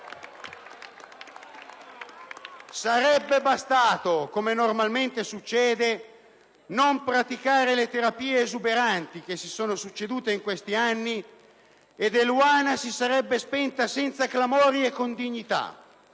Sarebbe bastato, come normalmente succede, non praticare le terapie esuberanti, che si sono succedute in questi anni, ed Eluana si sarebbe spenta senza clamori e con dignità,